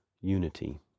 unity